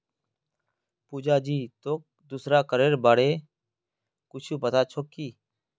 पुजा जी, तोक दूसरा करेर बार कुछु पता छोक की